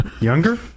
Younger